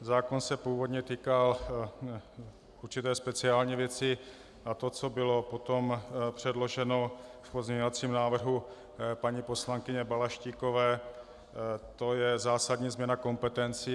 Zákon se původně týkal určité speciální věci a to, co bylo potom předloženo v pozměňovacím návrhu paní poslankyně Balaštíkové, to je zásadní změna kompetencí.